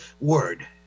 word